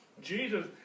Jesus